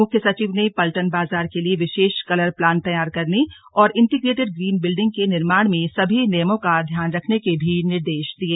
मुख्य सचिव ने पलटन बाजार के लिए विशेष कलर प्लान तैयार करने और इंटीग्रेटेड ग्रीन बिल्डिंग के निर्माण में के सभी नियमों का ध्यान रखने के भी निर्देश दिये